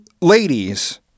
ladies